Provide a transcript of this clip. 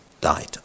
died